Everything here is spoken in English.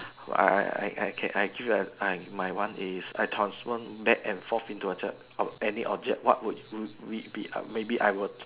I I I I can I give the I my one is I transform back and forth into a any object what would we we be I maybe I will